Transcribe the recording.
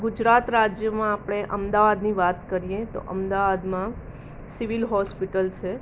ગુજરાત રાજ્યમાં આપણે અમદાવાદની વાત કરીએ તો અમદાવાદમાં સિવિલ હોસ્પિટલ છે